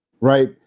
right